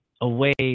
away